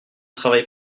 travail